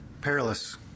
perilous